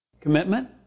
Commitment